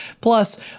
Plus